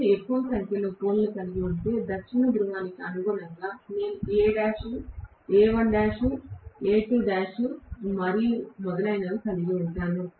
నేను ఎక్కువ సంఖ్యలో పోల్ లను కలిగి ఉంటే దక్షిణ ధ్రువానికి అనుగుణంగా నేను Al A1l A2l మరియు మొదలైనవి కలిగి ఉంటాను